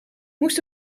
moest